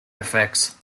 effects